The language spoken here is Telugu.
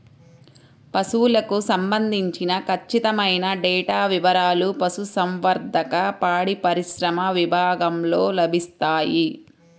పశువులకు సంబంధించిన ఖచ్చితమైన డేటా వివారాలు పశుసంవర్ధక, పాడిపరిశ్రమ విభాగంలో లభిస్తాయి